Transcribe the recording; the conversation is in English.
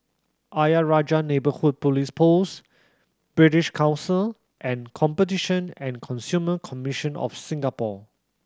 Ayer Rajah Neighbourhood Police Post British Council and Competition and Consumer Commission of Singapore